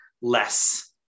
less